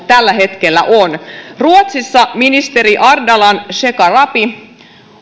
tällä hetkellä on ruotsissa ministeri ardalan shekarabi